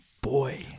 boy